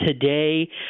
today